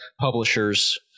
publishers